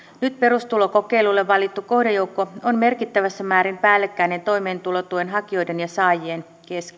nyt perustulokokeilulle valittu kohdejoukko on merkittävässä määrin päällekkäinen toimeentulotuen hakijoiden ja saajien